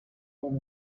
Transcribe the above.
اون